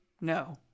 no